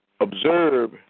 observe